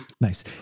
nice